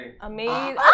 Amazing